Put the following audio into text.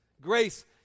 Grace